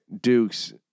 Dukes